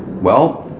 well,